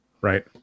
right